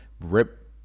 rip